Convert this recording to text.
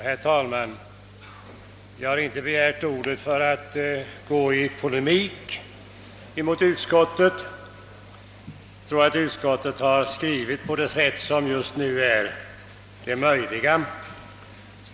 Herr talman! Jag har inte begärt ordet för att gå i polemik mot utskottet. Jag tror att utskottet har skrivit på det enda sätt som just nu är möjligt.